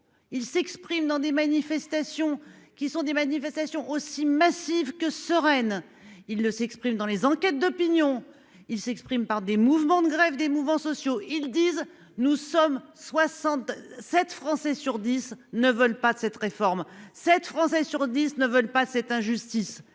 Il s'exprime dans des manifestations qui sont des manifestations aussi massive que sereine. Il ne s'exprime dans les enquêtes d'opinion. Il s'exprime par des mouvements de grève des mouvements sociaux, ils disent nous sommes 67 Français sur 10 ne veulent pas de cette réforme. 7 Français sur 10 ne veulent pas cette injustice.